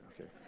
okay